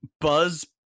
Buzz